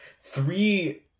Three